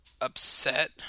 upset